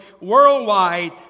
worldwide